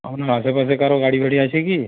আপনার আশেপাশে কারোর গাড়ি ফারি আছে কি